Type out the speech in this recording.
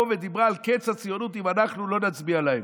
ודיברה על קץ הציונות אם אנחנו לא נצביע להם.